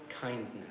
kindness